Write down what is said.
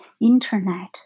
internet